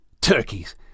Turkeys